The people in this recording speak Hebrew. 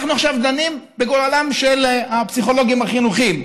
אנחנו עכשיו דנים בגורלם של הפסיכולוגים החינוכיים.